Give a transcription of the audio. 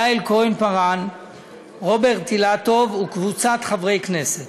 יעל כהן-פארן ורוברט אילטוב וקבוצת חברי הכנסת.